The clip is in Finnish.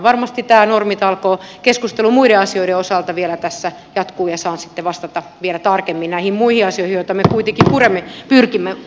varmasti tämä normitalkoot keskustelu muiden asioiden osalta vielä tässä jatkuu ja saan sitten vastata vielä tarkemmin näihin muihin asioihin joita me kuitenkin pyrimme purkamaan